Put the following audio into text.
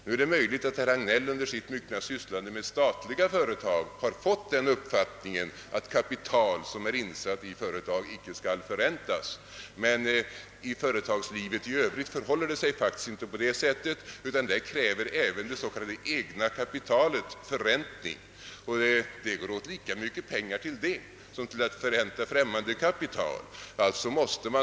Det är möjligt att herr Hagnell under sitt myckna sysslande med statliga företag fått den uppfattningen att kapital, som är insatt i ett företag, inte skall förräntas, men i företagslivet i övrigt förhåller det sig faktiskt inte på detta sätt, utan där kräver det egna kapitalet en förräntning. Det går åt lika mycket pengar till detta som att förränta främmande kapital.